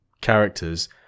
characters